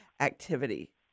activity